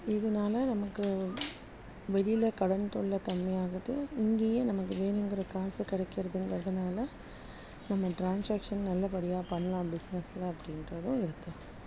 இதனால நமக்கு வெளியில் கடன் தொல்லை கம்மியாகுது இங்கேயே நமக்கு வேணுங்கிற காசு கிடைக்கிறதுங்கறதுனால நம்ம ட்ரான்ஸாக்ஷன் நல்லபடியாக பண்ணிணோம் பிஸ்னஸில் அப்படின்றதும் இருக்குது